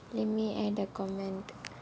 let me add a comment